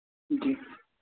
जी